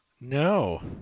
No